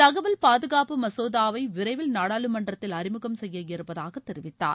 தகவல் பாதுகாப்பு மசோதாவை விரைவில் நாடாளுமன்றத்தில் அறிமுகம் செய்ய இருப்பதாக தெரிவித்தார்